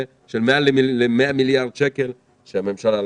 של מעל 100 מיליארד שקל שהממשלה לקחה.